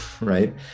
right